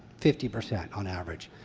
fifty percent on average.